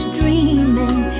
dreaming